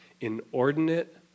inordinate